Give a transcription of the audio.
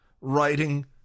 writing